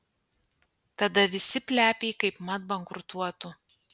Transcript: tada visi plepiai kaipmat bankrutuotų